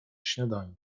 śniadaniu